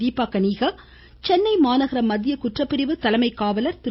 தீபா கணிகர் சென்னை மாநகர மத்திய குற்றப்பிரிவு தலைமைக் காவலர் திரு